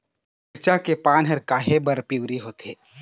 मिरचा के पान हर काहे बर पिवरी होवथे?